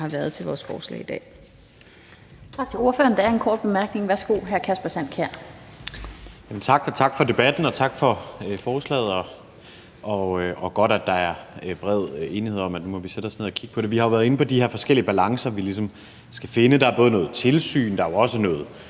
har været til vores forslag i dag.